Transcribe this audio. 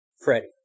Freddie